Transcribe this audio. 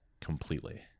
completely